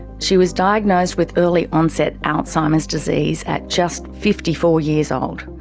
she was diagnosed with early onset alzheimer's disease at just fifty four years old.